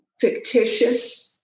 fictitious